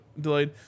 delayed